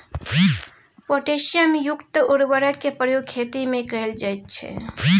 potassium युक्त उर्वरकक प्रयोग खेतीमे कैल जाइत छै